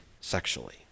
sexually